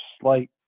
slight